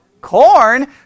corn